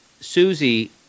Susie